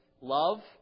love